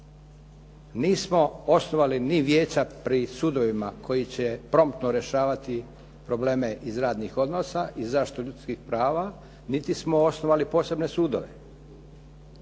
Nismo osnovali ni vijeća pri sudovima koji će promptno rješavati probleme iz radnih odnosa i zaštitu ljudskih prava, niti smo osnovali posebne sudove.